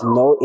no